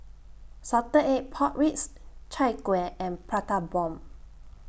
Salted Egg Pork Ribs Chai Kueh and Prata Bomb